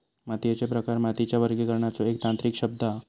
मातीयेचे प्रकार मातीच्या वर्गीकरणाचो एक तांत्रिक शब्द हा